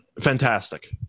Fantastic